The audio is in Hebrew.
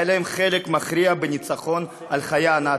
היה להם חלק מכריע בניצחון על החיה הנאצית.